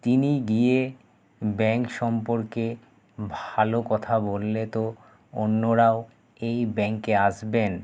তিনি গিয়ে ব্যাঙ্ক সম্পর্কে ভালো কথা বললে তো অন্যরাও এই ব্যাঙ্কে আসবেন